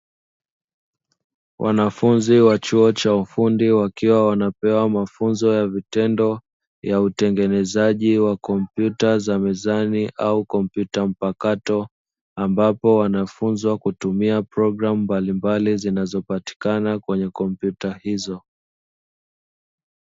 Wanafunzi wa chuo cha ufundi wakiwa wanapewa mafunzo ya vitendo ya utengenezaji wa kompyuta za mezani au kompyuta mpakato, ambapo wanafunzwa kutumia programu mbalimbali zinazopatikana kwenye kompyuta hizo.